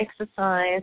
exercise